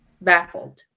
baffled